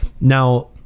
Now